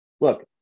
Look